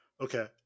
Okay